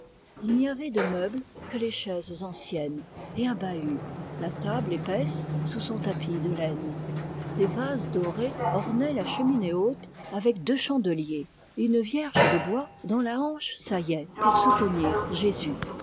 il n'y avait de meubles que les chaises anciennes et un bahut la table épaisse sous son tapis de laine des vases dorés ornaient la cheminée haute avec deux chandeliers et une vierge de bois dont la hanche saillait pour soutenir jésus